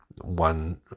one